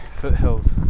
foothills